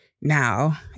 now